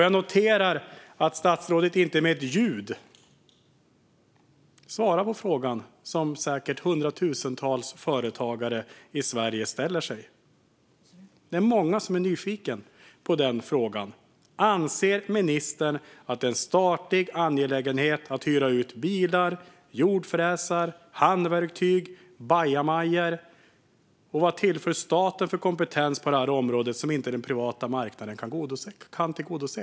Jag noterar att statsrådet inte med ett ljud svarar på frågan som säkert hundratusentals företagare i Sverige ställer sig. Det är många som är nyfikna på svaret. Anser ministern att det är en statlig angelägenhet att hyra ut bilar, jordfräsar, handverktyg och bajamajor? Och vad tillför staten för kompetens på det här området som inte den privata marknaden kan tillgodose?